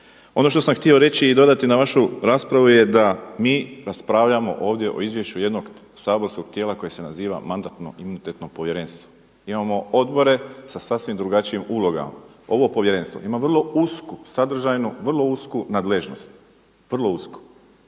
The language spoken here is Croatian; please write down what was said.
Ono što sam htio reći i dodati na vašu raspravu je da mi raspravljamo ovdje o izvješću jednog saborskog tijela koje se naziva Mandatno-imunitetno povjerenstvo. Imamo odbore sa sasvim drugačijim ulogama. Ovo povjerenstvo ima vrlo usku, sadržajnu vrlo usku nadležnost, vrlo usku